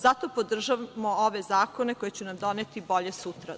Zato podržavamo ove zakone koji će nam doneti bolje sutra.